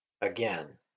Again